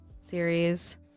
series